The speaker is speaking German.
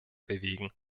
bewegen